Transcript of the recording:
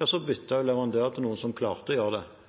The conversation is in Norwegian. byttet hun leverandør til noen som klarte det. Hadde Torill levd i en rød-grønn kommune, hadde hun kunnet sende en klage-mail til kommunen, men det